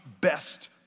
best